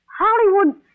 Hollywood